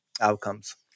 outcomes